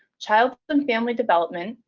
childhood and family development,